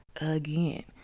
again